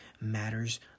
matters